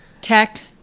Tech